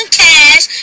cash